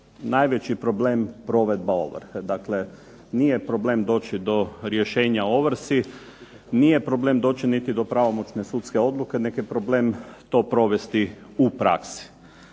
najveći problem provedba ovrhe. Dakle, nije problem doći do rješenja o ovrsi, nije problem doći niti do pravomoćne sudske odluke nego je problem to provesti u praksi.